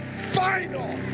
final